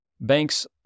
banks